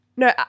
No